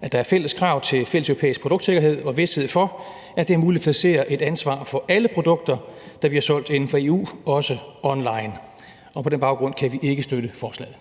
at der er fælles krav til fælleseuropæisk produktsikkerhed og vished for, at det er muligt at placere et ansvar for alle produkter, der bliver solgt inden for EU, også online. På den baggrund kan vi ikke støtte forslaget.